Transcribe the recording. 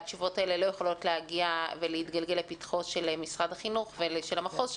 התשובות האלה לא יכולות להתגלגל לפתחו של משרד החינוך ולמחוז,